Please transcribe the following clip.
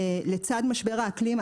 לצד משבר האקלים,